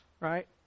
Right